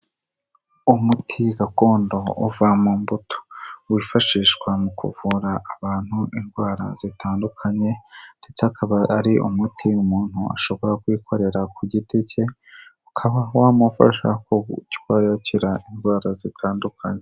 Umuti gakondo uva mu mbuto, wifashishwa mu kuvura abantu indwara zitandukanye ndetse akaba ari umuti umuntu ashobora kwikorera ku giti cye, ukaba wamufasha kuba yakira indwara zitandukanye.